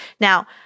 Now